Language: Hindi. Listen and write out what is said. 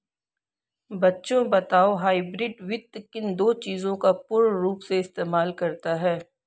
बच्चों बताओ हाइब्रिड वित्त किन दो चीजों का पूर्ण रूप से इस्तेमाल करता है?